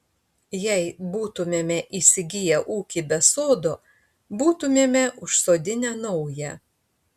jei būtumėme įsigiję ūkį be sodo būtumėme užsodinę naują